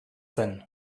zen